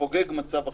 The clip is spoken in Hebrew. התפוגג מצב החירום,